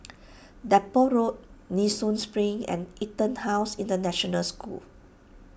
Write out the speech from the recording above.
Depot Road Nee Soon Spring and EtonHouse International School